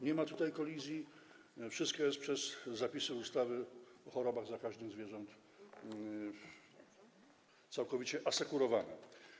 Nie ma tutaj kolizji, wszystko jest przez zapisy ustawy o chorobach zakaźnych zwierząt całkowicie asekurowane.